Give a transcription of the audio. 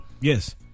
Yes